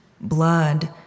Blood